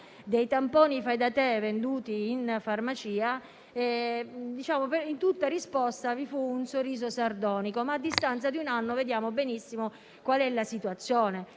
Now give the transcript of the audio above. dei tamponi fai da te venduti in farmacia, fece un sorriso sardonico. A distanza di un anno vediamo benissimo qual è la situazione.